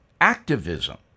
activism